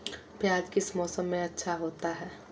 प्याज किस मौसम में अच्छा होता है?